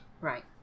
Right